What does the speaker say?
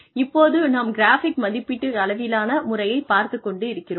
இப்போது நாம் கிராஃபிக் மதிப்பீட்டு அளவிலான முறையை பார்த்து கொண்டிருக்கிறோம்